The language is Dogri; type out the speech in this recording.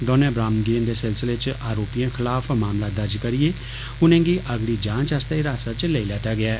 दौनें बरामदगिएं दे सिलसिले च अरोपिएं खलाफ मामला दर्ज करियै उनेंगी अगड़ी जांच आस्तै हिरासत च लेई लैता गेआ ऐ